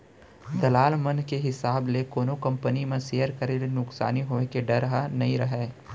दलाल मन के हिसाब ले कोनो कंपनी म सेयर करे ले नुकसानी होय के डर ह नइ रहय